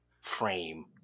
frame